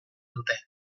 dute